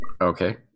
Okay